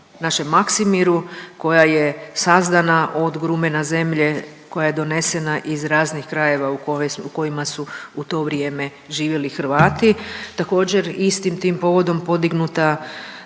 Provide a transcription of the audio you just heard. našem Maksimiru koja je sazdana od grumena zemlje koja je donesena iz raznih krajeva u kojima su u to vrijeme živjeli Hrvati. Također istim tim povodom podignuta